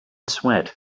sweat